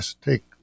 take